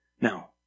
Now